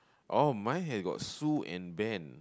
oh my had got Sue and Ben